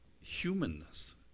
humanness